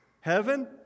Heaven